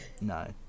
No